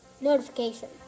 Notification